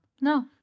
No